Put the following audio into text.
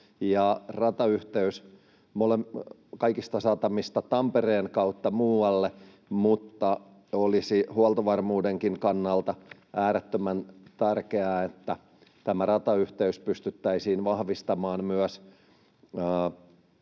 ratayhteys kaikista satamista Tampereen kautta muualle, mutta olisi huoltovarmuudenkin kannalta äärettömän tärkeää, että tämä ratayhteys pystyttäisiin vahvistamaan myös